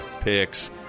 picks